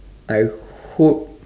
I hope